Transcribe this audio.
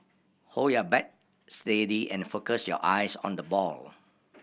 hold your bat steady and focus your eyes on the ball